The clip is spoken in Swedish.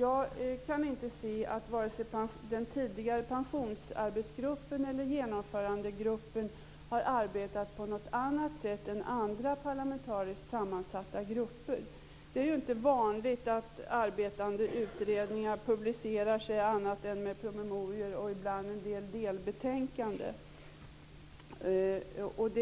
Jag kan inte se att vare sig den tidigare pensionsarbetsgruppen eller Genomförandegruppen har arbetat på något annat sätt än andra parlamentariskt sammansatta grupper. Det är ju inte vanligt att arbetande utredningar publicerar sig annat än med promemorior och ibland en del delbetänkanden.